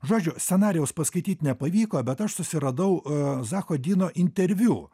žodžiu scenarijaus paskaityt nepavyko bet aš susiradau zako dyno interviu